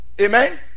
Amen